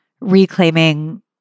reclaiming